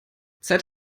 zeit